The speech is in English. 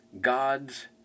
God's